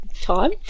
time